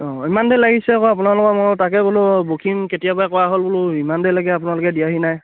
অঁ ইমান দেৰি লাগিছে আকৌ আপোনালোকৰ মই তাকে বোলো বুকিং কেতিয়াবাই কৰা হ'ল বোলো ইমান দেৰিলৈকে আপোনালোকে দিয়াহি নাই